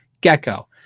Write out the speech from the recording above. Gecko